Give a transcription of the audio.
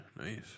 nice